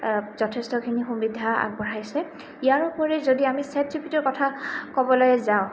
যথেষ্টখিনি সুবিধা আগবঢ়াইছে ইয়াৰ উপৰি যদি আমি চেটজিপিটিৰ কথা ক'বলৈ যাওঁ